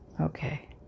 okay